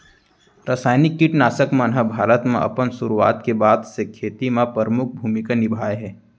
रासायनिक किट नाशक मन हा भारत मा अपन सुरुवात के बाद से खेती मा परमुख भूमिका निभाए हवे